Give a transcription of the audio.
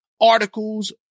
articles